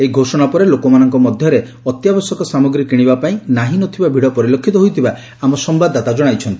ଏହି ଘୋଷଣା ପରେ ଲୋକମାନଙ୍କ ମଧରେ ଅତ୍ୟାବଶ୍ୟକ ସାମଗ୍ରୀ କିଶିବାପାଇଁ ନାହିଁ ନ ଥିବା ଭିଡ଼ ପରିଲକ୍ଷିତ ହୋଇଥିବା ଆମ ସମ୍ୟାଦଦାତା ଜଣାଇଛନ୍ତି